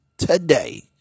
Today